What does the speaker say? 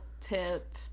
tip